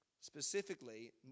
specifically